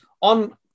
on